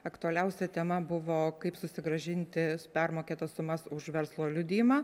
aktualiausia tema buvo kaip susigrąžinti permokėtas sumas už verslo liudijimą